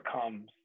comes